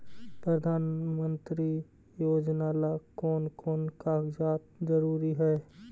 प्रधानमंत्री योजना ला कोन कोन कागजात जरूरी है?